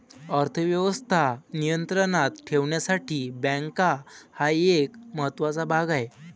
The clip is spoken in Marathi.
अर्थ व्यवस्था नियंत्रणात ठेवण्यासाठी बँका हा एक महत्त्वाचा भाग आहे